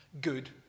Good